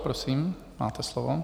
Prosím, máte slovo.